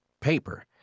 paper